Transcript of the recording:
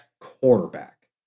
quarterback